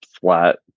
flat